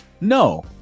No